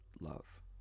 love